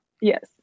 Yes